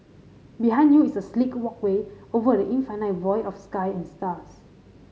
behind you is a sleek walkway over the infinite void of sky and stars